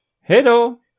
Hello